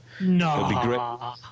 No